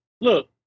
look